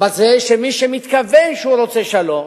בזה שמי שמתכוון שהוא רוצה שלום,